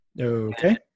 Okay